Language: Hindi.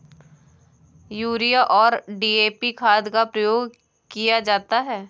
यूरिया और डी.ए.पी खाद का प्रयोग किया जाता है